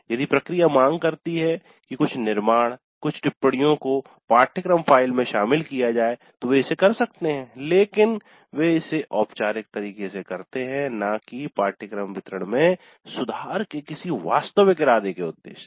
यदि प्रक्रिया मांग करती है कि कुछ निर्माण कुछ टिप्पणियों को पाठ्यक्रम फ़ाइल में शामिल किया जाए तो वे इसे कर सकते हैं लेकिन वे इसे औपचारिक तरीके से करते है न की पाठ्यक्रम वितरण में सुधार के किसी वास्तविक इरादे के उद्देश्य से